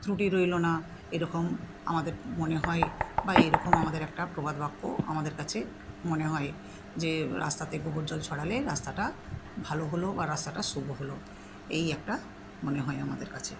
ত্রুটি রইল না এরকম আমাদের মনে হয় বা এইরকম আমাদের একটা প্রবাদ বাক্য আমাদের কাছে মনে হয় যে রাস্তাতে গোবর জল ছড়ালে রাস্তাটা ভালো হল আর রাস্তাটা শুভ হলো এই একটা মনে হয় আমাদের কাছে